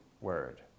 word